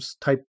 type